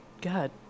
God